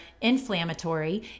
inflammatory